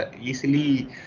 easily